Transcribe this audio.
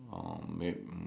oh may~